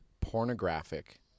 Pornographic